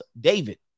David